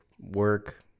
work